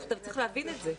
צריך להבין את זה.